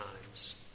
Times